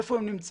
איפה הם נמצאים?